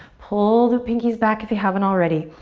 pull the pinkies back if you haven't already.